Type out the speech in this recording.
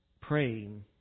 praying